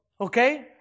okay